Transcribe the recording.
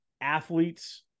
athletes